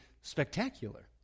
Spectacular